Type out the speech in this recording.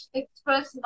express